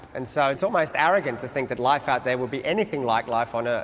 and so it's almost arrogant to think that life out there would be anything like life on ah